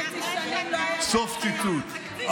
סוף ציטוט.